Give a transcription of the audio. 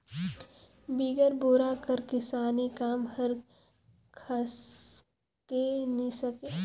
बिगर बोरा कर किसानी काम हर खसके नी सके